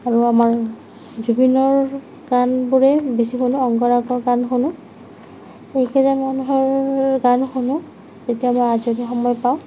আৰু আমাৰ জুবিনৰ গানবোৰেই বেছি শুনো অংগৰাগৰ গান শুনো এইকেইটা মানুহৰ গান শুনো যেতিয়া মই আজৰি সময় পাওঁ